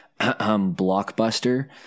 Blockbuster